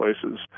places